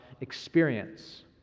experience